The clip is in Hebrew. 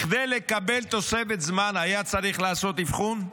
כדי לקבל תוספת זמן הוא היה צריך לעשות אבחון?